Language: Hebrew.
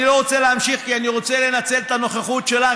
אני לא רוצה להמשיך כי אני רוצה לנצל את הנוכחות שלך,